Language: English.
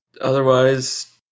otherwise